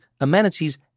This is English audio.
amenities